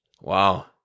Wow